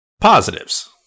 positives